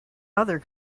other